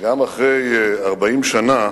וגם אחרי 40 שנה